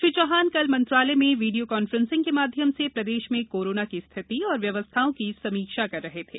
श्री चौहान कल मंत्रालय में वीडियो कान्फ्रेंसिंग के माध्यम से प्रदेश में कोरोना की स्थिति एवं व्यवस्थाओं की समीक्षा कर रहे थे